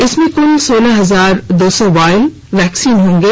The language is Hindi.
इसमें कुल सोलह हजार दो सौ वायल वैक्सीन होंगे